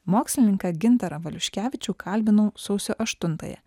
mokslininką gintarą valiuškevičių kalbinau sausio aštuntąją